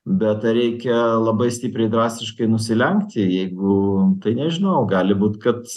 bet ar reikia labai stipriai drastiškai nusilenkti jeigu tai nežinau gali būt kad